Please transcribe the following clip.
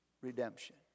Redemption